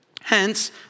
Hence